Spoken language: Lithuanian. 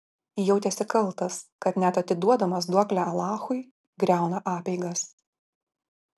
jautėsi kaltas kad net atiduodamas duoklę alachui griauna apeigas